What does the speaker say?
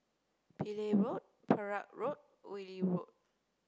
Pillai Road Perak Road Wilkie Road